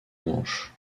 manche